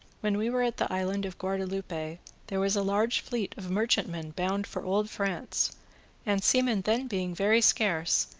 when we were at the island of gaurdeloupe there was a large fleet of merchantmen bound for old france and, seamen then being very scarce,